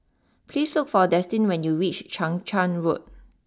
please look for Destin when you reach Chang Charn Road